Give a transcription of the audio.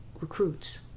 recruits